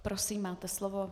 Prosím, máte slovo.